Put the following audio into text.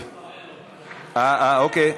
אוקיי,